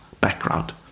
background